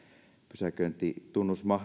pysäköintitunnus